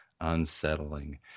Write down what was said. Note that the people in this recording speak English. unsettling